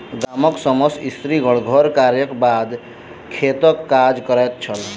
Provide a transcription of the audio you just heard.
गामक समस्त स्त्रीगण घर कार्यक बाद खेतक काज करैत छल